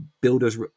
builders